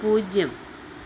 പൂജ്യം